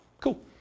Cool